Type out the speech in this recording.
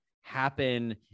happen